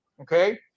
okay